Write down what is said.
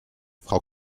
frau